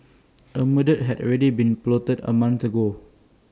A murder had already been plotted A month ago